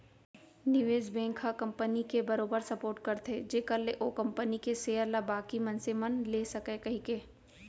निवेस बेंक ह कंपनी के बरोबर सपोट करथे जेखर ले ओ कंपनी के सेयर ल बाकी मनसे मन ले सकय कहिके